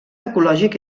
ecològic